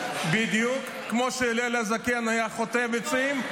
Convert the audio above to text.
בדיוק כמו שהלל הזקן היה חוטב עצים,